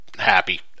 Happy